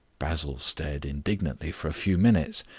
basil stared indignantly for a few minutes.